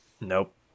Nope